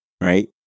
right